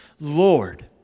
lord